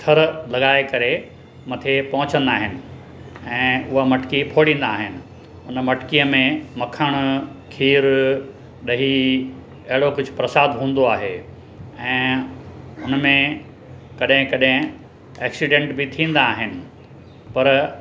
थर लॻाए करे मथे पहुचंदा आहिनि ऐं उहा मटिकी फोड़ींदा आहिनि उन मटिकीअ में मखण खीर ॾही अहिड़ो कुझु परसाद हूंदो आहे ऐं उन में कॾहिं कॾहिं एक्सीडंट बि थींदा आहिनि पर